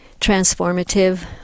transformative